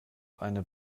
eine